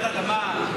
רעידת אדמה,